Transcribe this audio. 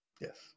Yes